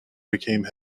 became